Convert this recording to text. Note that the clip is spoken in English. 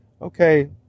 Okay